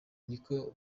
niko